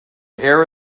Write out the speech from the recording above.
air